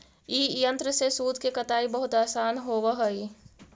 ई यन्त्र से सूत के कताई बहुत आसान होवऽ हई